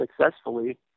successfully